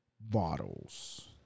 bottles